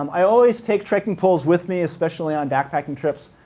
um i always take trekking poles with me, especially on backpacking trips.